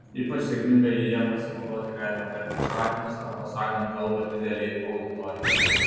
ypač sėkmingai ja pasinaudoti galima per pristatymus arba sakant kalbą didelei auditorijai